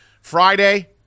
Friday